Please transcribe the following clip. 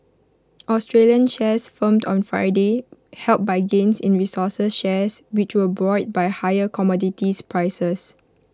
Australian shares firmed on Friday helped by gains in resources shares which were buoyed by higher commodities prices